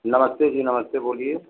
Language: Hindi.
नमस्ते जी नमस्ते बोलिए